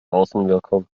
außenwirkung